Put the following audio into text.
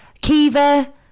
Kiva